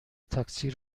تاکسی